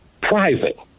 private